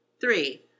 Three